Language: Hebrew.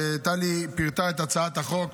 טלי פירטה את הצעת החוק